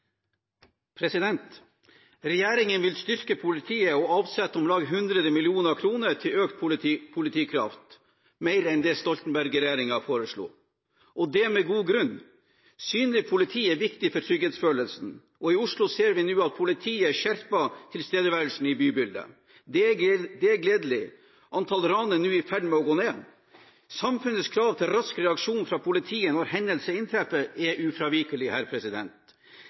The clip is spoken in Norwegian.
målene. Regjeringen vil styrke politiet og avsetter om lag 100 mill. kr mer til økt politikraft enn det Stoltenberg-regjeringen foreslo – og det med god grunn. Synlig politi er viktig for trygghetsfølelsen. I Oslo ser vi nå at politiet skjerper tilstedeværelsen i bybildet. Det er gledelig. Antall ran er nå i ferd med å gå ned. Samfunnets krav til rask reaksjon fra politiet når hendelser inntreffer, er ufravikelig.